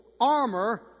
armor